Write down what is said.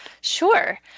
Sure